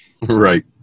Right